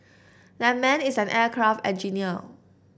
that man is an aircraft engineer